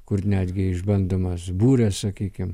kur netgi išbandomas būrio sakykim